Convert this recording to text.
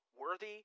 worthy